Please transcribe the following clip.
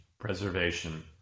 preservation